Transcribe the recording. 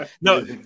No